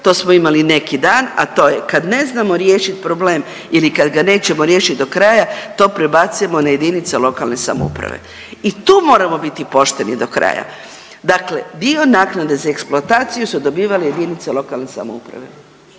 to smo imali neki dan, a to je kad ne znamo riješiti problem ili kad ga nećemo riješiti dokraja to prebacujemo na jedinice lokalne samouprave. I tu moramo biti pošteni do kraja. Dakle, dio naknade za eksploataciju su dobivale jedinice lokalne samouprave,